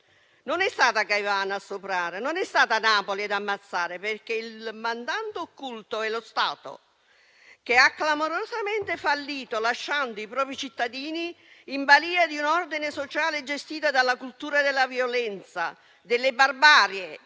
Non è stata Caivano a stuprare e non è stata Napoli ad ammazzare: il mandante occulto è lo Stato, che ha clamorosamente fallito, lasciando i propri cittadini in balia di un ordine sociale gestito dalla cultura della violenza, della barbarie